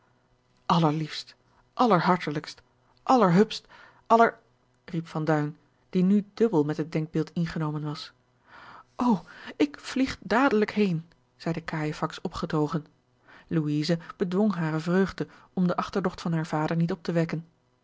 allerliefst allerhartelijkst allerhupst aller riep van duin die nu dubbel met het denkbeeld ingenomen was o ik vlieg dadelijk heen zeide cajefax opgetogen louise bedwong hare vreugde om de achterdocht van haren vader niet op te wekken